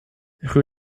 rue